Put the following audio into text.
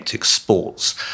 sports